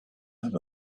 have